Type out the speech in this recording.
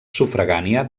sufragània